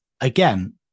again